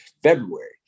February